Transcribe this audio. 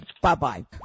bye-bye